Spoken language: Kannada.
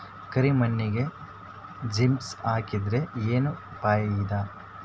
ಕರಿ ಮಣ್ಣಿಗೆ ಜಿಪ್ಸಮ್ ಹಾಕಿದರೆ ಏನ್ ಫಾಯಿದಾ?